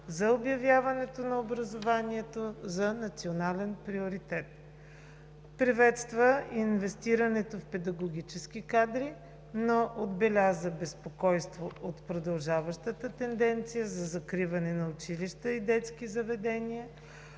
за обявяването на образованието за национален приоритет, приветства инвестирането в педагогически кадри, но отбеляза безпокойство от продължаващата тенденция за закриване на училища и детски заведения,